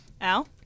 Al